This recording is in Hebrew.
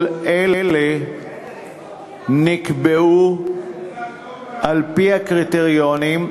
כל אלה נקבעו על-פי הקריטריונים.